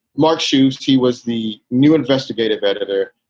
mark shoes. he was the new investigative editor.